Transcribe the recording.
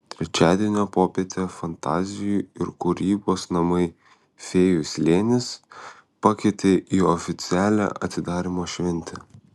trečiadienio popietę fantazijų ir kūrybos namai fėjų slėnis pakvietė į oficialią atidarymo šventę